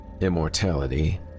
Immortality